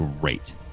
great